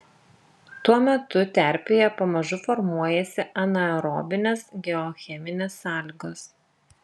tuo metu terpėje pamažu formuojasi anaerobinės geocheminės sąlygos